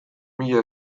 mila